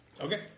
Okay